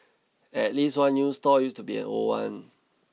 at least one new stall used to be an old one